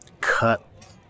cut